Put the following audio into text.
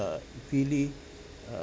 really uh